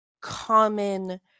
common